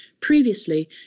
Previously